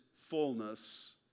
fullness